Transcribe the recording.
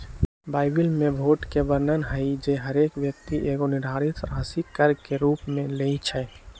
Bible में भोट के वर्णन हइ जे हरेक व्यक्ति एगो निर्धारित राशि कर के रूप में लेँइ छइ